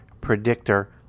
predictor